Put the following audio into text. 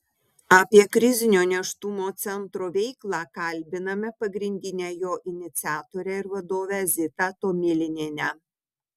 apie krizinio nėštumo centro veiklą kalbiname pagrindinę jo iniciatorę ir vadovę zitą tomilinienę